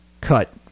cut